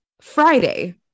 Friday